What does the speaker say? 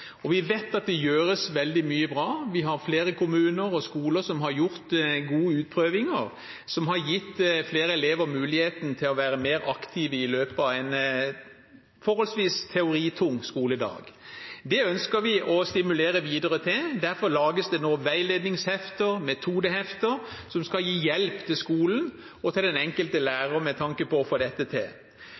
og vi vet at det gjøres veldig mye bra. Vi har flere kommuner og skoler som har gjort gode utprøvinger, som har gitt flere elever muligheten til å være mer aktive i løpet av en forholdsvis teoritung skoledag. Det ønsker vi å stimulere videre til. Derfor lages det nå veiledningshefter, metodehefter, som skal gi hjelp til skolen og til den enkelte lærer for å få dette til.